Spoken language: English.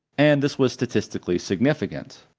and this was statistically significant,